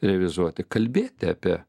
revizuoti kalbėti apie